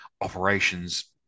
operations